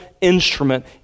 instrument